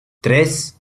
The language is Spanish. tres